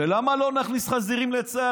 למה לא נכניס חזירים לצה"ל,